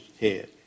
head